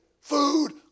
food